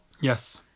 yes